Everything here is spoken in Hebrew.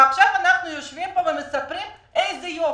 ועכשיו אנחנו יושבים פה ומספרים איזה יופי.